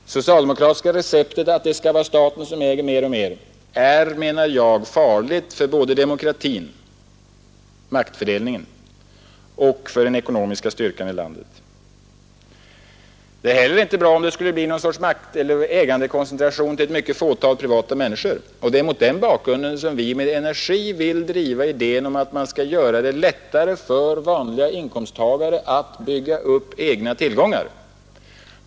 Det socialdemokratiska receptet att staten skall äga mer och mer är, anser jag, farligt både för demokratin — med tanke på maktfördelningen — och för den ekonomiska styrkan. Det är heller inte bra, om ägandet skulle koncentreras till ett fåtal privatpersoner. Det är mot den bakgrunden som vi med energi vill driva idén om att man skall göra det lättare för vanliga inkomsttagare att bygga upp egna tillgångar.